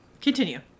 Continue